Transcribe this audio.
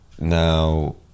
now